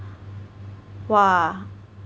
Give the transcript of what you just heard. !wah!